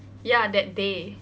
ya that day